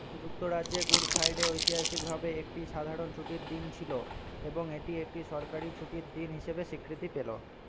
যুক্তরাজ্যে Good Friday ঐতিহাসিকভাবে একটি সাধারণ ছুটির দিন ছিল এবং এটি একটি সরকারি ছুটির দিন হিসেবে স্বীকৃতি পেল